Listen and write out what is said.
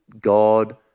God